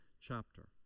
chapter